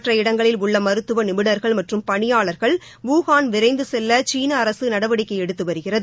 மற்ற இடங்களில் உள்ள மருத்துவ நிபுணர்கள் மற்றும் பணியாளர்கள் வூஹான் விரைந்து செல்ல சீன அரசு நடவடிக்கை எடுத்து வருகிறது